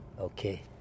Okay